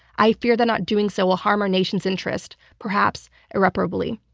i fear that not doing so will harm our nation's interest, perhaps irreparably.